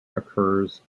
occurs